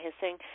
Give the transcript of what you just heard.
hissing